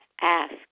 ask